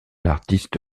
artiste